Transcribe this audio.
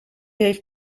heeft